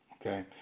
okay